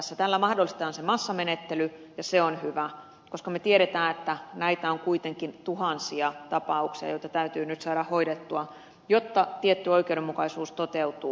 tällä mahdollistetaan se massamenettely ja se on hyvä koska me tiedämme että näitä on kuitenkin tuhansia tapauksia jotka täytyy nyt saada hoidettua jotta tietty oikeudenmukaisuus toteutuu